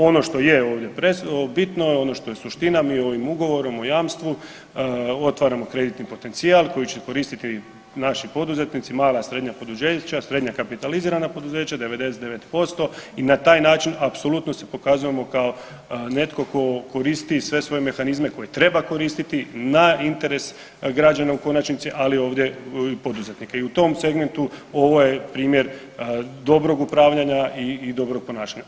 Ono što je ovdje presudno, bitno, ono što je suština, mi ovim ugovorom o jamstvu otvaramo kreditni potencijal koji će koristiti naši poduzetnici, mala, srednja poduzeća, srednje kapitalizirana poduzeća, 99%& i na taj način apsolutno se pokazujemo kao netko tko koristi sve svoje mehanizme koje treba koristiti na interes građana, u konačnici, ali ovdje poduzetnika i u tom segmentu ovo je primjer dobrog upravljanja i dobrog ponašanja.